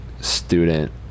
student